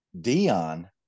Dion